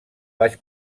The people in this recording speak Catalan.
baix